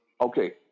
okay